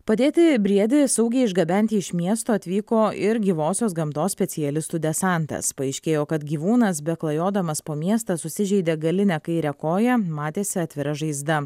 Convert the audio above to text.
padėti briedį saugiai išgabenti iš miesto atvyko ir gyvosios gamtos specialistų desantas paaiškėjo kad gyvūnas beklajodamas po miestą susižeidė galinę kairę koją matėsi atvira žaizda